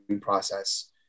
process